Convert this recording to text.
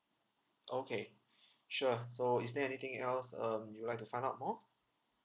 okay sure so is there anything else um you would like to find out more